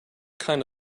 kind